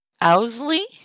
Owsley